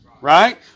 Right